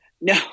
No